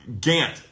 Gant